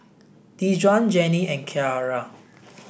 Dejuan Jeannine and Kyara